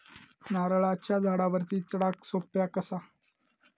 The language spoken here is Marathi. नारळाच्या झाडावरती चडाक सोप्या कसा?